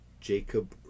Jacob